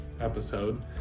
episode